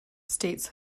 states